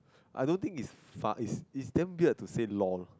I don't think is far its its damn weird to say lol